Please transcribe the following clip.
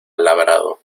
labrado